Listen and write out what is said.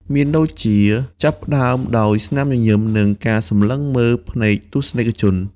មានដូចជា ចាប់ផ្តើមដោយស្នាមញញឹម និងការសម្លឹងមើលភ្នែកទស្សនិកជន។